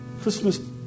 Christmas